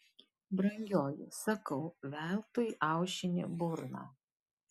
brangioji sakau veltui aušini burną